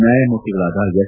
ನ್ಯಾಯಮೂರ್ತಿಗಳಾದ ಎಸ್